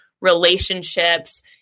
relationships